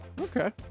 Okay